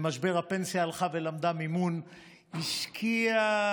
במשבר הפנסיה הלכה ולמדה מימון, השקיעה.